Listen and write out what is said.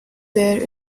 there